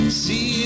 see